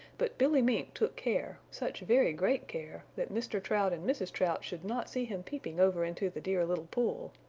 but billy mink took care, such very great care, that mr. trout and mrs. trout should not see him peeping over into the dear little pool.